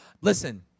Listen